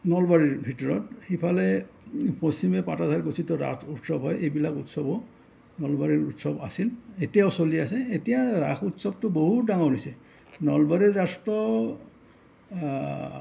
নলবাৰীৰ ভিতৰত সেইফালে পশ্চিমে পাটাচাৰকুচিতো ৰাস উৎসৱ হয় এইবিলাক উৎসৱো নলবাৰীৰ উৎসৱ আছিল এতিয়াও চলি আছে এতিয়া ৰাস উৎসৱটো বহুত ডাঙৰ হৈছে নলবাৰীৰ ৰাসটো